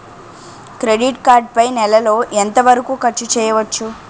Credit card పై నెల లో ఎంత వరకూ ఖర్చు చేయవచ్చు?